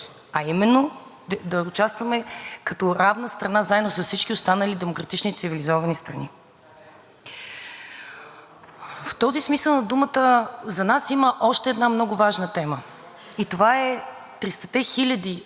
В този смисъл на думата за нас има още една много важна тема. Това са 300 хиляди наши българи, които живеят на територията на Украйна – бесарабските българи.